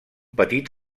petit